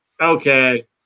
okay